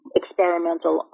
experimental